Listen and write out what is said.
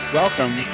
welcome